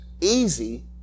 Easy